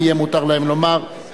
יהיה מותר להם לומר,